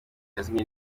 yazimye